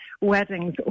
weddings